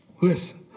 listen